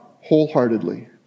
wholeheartedly